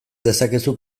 dezakezu